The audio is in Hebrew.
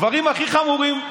הדברים הכי חמורים,